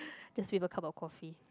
just with a cup of coffee